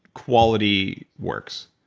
quality works.